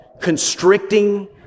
constricting